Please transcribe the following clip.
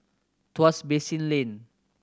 Tuas Basin Lane